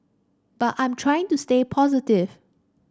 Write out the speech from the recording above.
but I'm trying to stay positive